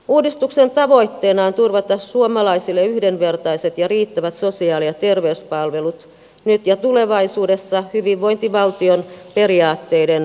uudistuksen tavoitteena on turvata suomalaisille yhdenvertaiset ja riittävät sosiaali ja terveyspalvelut nyt ja tulevaisuudessa hyvinvointivaltion periaatteiden mukaisesti